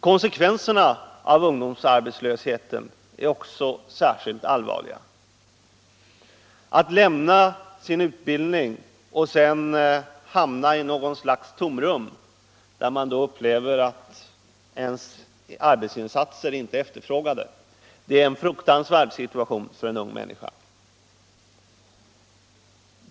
Konsekvenserna av ungdomsarbetslösheten är också särskilt allvarliga. Att lämna sin utbildning och sedan hamna i något slags tomrum, där man upplever att ens arbetsinsatser inte efterfrågas, är en fruktansvärd situation för en ung människa.